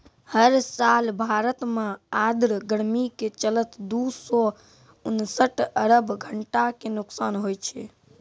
हर साल भारत मॅ आर्द्र गर्मी के चलतॅ दू सौ उनसठ अरब घंटा के नुकसान होय छै